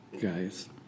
guys